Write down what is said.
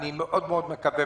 אני מאוד מקווה,